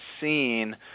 seen